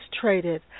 traded